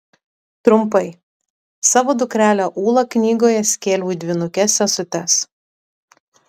trumpai savo dukrelę ūlą knygoje skėliau į dvynukes sesutes